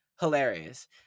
hilarious